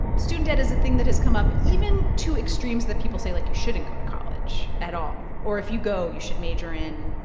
student debt is a thing that has come up even to extremes that people say, like, you shouldn't go to college at all, or, if you go, you should major in,